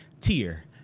tier